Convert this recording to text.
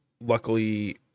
Luckily